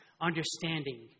understanding